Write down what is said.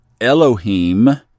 Elohim